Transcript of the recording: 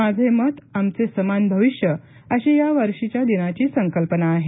माझे मत आमचे समान भविष्य अशी या वर्षीच्या दिनाची संकल्पना आहे